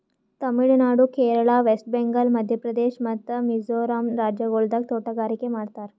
Tamil Nadu, Kerala, West Bengal, Madhya Pradesh ಮತ್ತ ಮಿಜೋರಂ ರಾಜ್ಯಗೊಳ್ದಾಗ್ ತೋಟಗಾರಿಕೆ ಮಾಡ್ತಾರ್